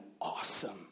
awesome